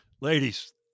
Ladies